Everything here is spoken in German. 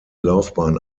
laufbahn